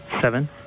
seven